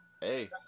Hey